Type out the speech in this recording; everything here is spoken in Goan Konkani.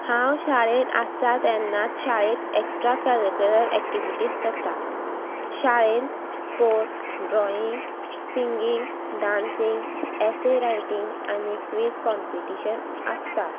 हांव शाळेन आसा तेन्नाच शाळेंत एक्स्ट्रा कररिकुलर एक्टिविटीज जाता शाळेन sports drawing singing dancing essay writing आनी क्वीज कॉम्पिटीशन आसता